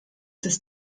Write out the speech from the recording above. des